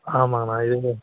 ஆமாங்கண்ணா இது